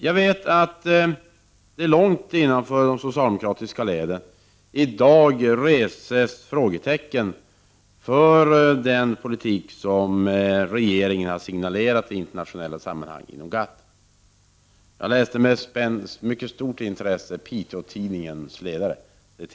Jag vet att det långt inne i de socialdemokratiska leden i dag reses frågetecken kring den politik som regeringen har signalerat inom GATT. Jag läste med mycket stort intresse Piteå-Tidningens ledare häromdagen.